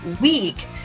week